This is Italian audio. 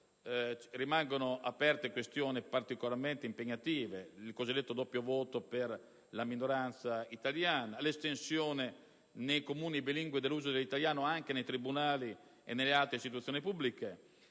rimangono aperte questioni particolarmente impegnative, come il cosiddetto doppio voto per la minoranza italiana, l'estensione nei comuni bilingue dell'uso dell'italiano anche nei tribunali e nelle altre istituzioni pubbliche,